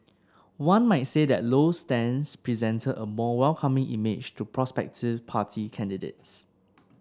one might say that Low's stance presented a more welcoming image to prospective party candidates